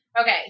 Okay